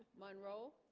monroe